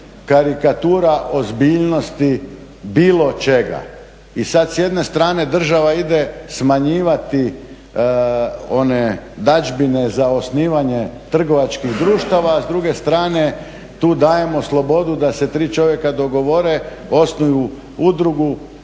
karikatura ozbiljnosti bilo čega. I sad s jedne strane država ide smanjivati one … za osnivanje trgovačkih društava, s druge strane tu dajemo slobodu da se 3 čovjeka dogovore, osnuju udrugu,